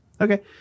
okay